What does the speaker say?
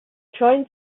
trying